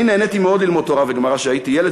אני נהניתי מאוד ללמוד תורה וגמרא כשהייתי ילד,